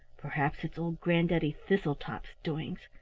perhaps it's old granddaddy thistletop's doings.